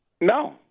no